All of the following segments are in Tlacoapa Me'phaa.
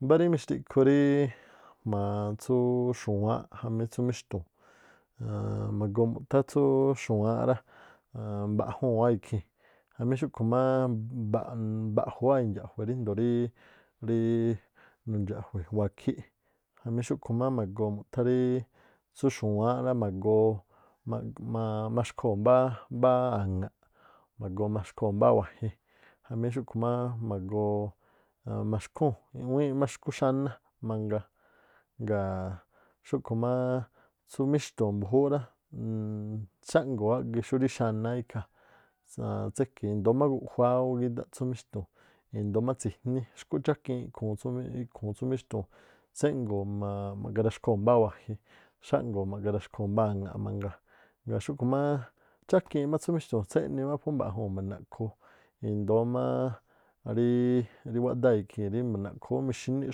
Mbá rí mixtiꞌkhu ríí tsúú xu̱wáánꞌ jamí tsú míxtu̱u̱n. aan ma̱goo mu̱ꞌthá tsúú xu̱wáánꞌ rá mba̱ꞌjuu̱n wáa̱ ikhii̱n jamí xúꞌkhu̱ má mba̱ꞌ- mba̱ꞌju̱- wáa̱ indxa̱jue̱ ríjndo̱o nundxa̱jue̱ wakhíꞌ jamí xúꞌkhu̱ má ma̱goo mu̱ꞌthá rií tsú xu̱wáánꞌ rá ma̱goo maxkhoo̱ mbáá mbáá aŋa̱ꞌ ma̱goo maxkhoo̱ mbáá wajin jamí xúꞌkhu̱ má ma̱goo aan maxkhúu̱n iꞌwíínꞌ má xkú xáná mangaa. Ngaa̱ xúꞌkhu̱ má tsú míxtu̱u̱n mbu̱júúꞌ rá, uum xáꞌngoo áꞌgé xúrí xánáá iḵ haa̱ aan tséke̱ i̱ndóó má guꞌjuá ú gídáꞌ tsú míxtu̱u̱n, i̱ndóó má tsi̱jní xkúꞌ chákiin iꞌkhuu̱n tsú míꞌ- míxtu̱u̱n- tséꞌngo̱o̱ maꞌge raxkhoo̱ mbáá wajin, xáꞌngoo̱ ma̱gee̱ raxkhoo̱ mbáá aŋa̱ꞌ mangaa ngaa̱ xúꞌkhu̱ má chákiinꞌ má tsú míxtu̱u̱n tséꞌni má pú mba̱juu̱n ma̱ndaꞌkhoo, i̱ndóó má rí wáꞌdáa̱ ikhii̱n rí mba̱ndaꞌkhoo ú mixíní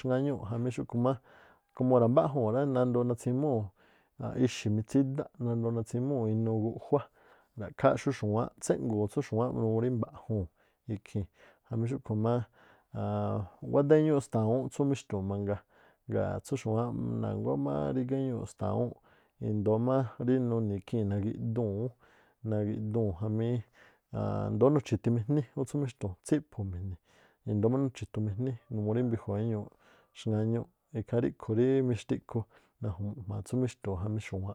xŋáñúu̱ꞌ jamí xúꞌkhu̱ má komo rámbáꞌjuu̱n rá nandoo natsimúu̱ ixi̱ mitsídánꞌ nandoo natsimúu̱ inuu guꞌjuá. Ra̱ꞌkhááꞌ xú xu̱wáánꞌ tséꞌngo̱o̱ tsú xu̱wáánꞌ numuu rí mba̱ꞌjuu̱n ikhii̱n jamí xúꞌkhu̱ má aan wáꞌdá éñúúꞌ stawúún tsú míxtu̱u̱n mangaa, ngaa̱ tsú xu̱wáánꞌ na̱nguá má rígá éñuuꞌ stawúu̱n, i̱ndóó má rí nuni̱ ikhii̱n nagi̱duu̱n ú nagi̱duu̱n jamí aan ndóó nuchi̱thi̱mijní ú tsú míxtu̱u̱n, tsíphu̱mi̱jni̱, i̱ndóó má nuchi̱thumijní numuu rí mbiꞌjua̱ éñuuꞌ xŋáñúu̱ꞌ. Ikhaa ríꞌkhu̱ rí mixtiꞌkhu naju̱mu̱ꞌ jma̱a tsú míxtu̱u̱n jamí xu̱wáánꞌ.